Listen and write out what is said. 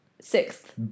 Sixth